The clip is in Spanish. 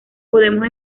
podemos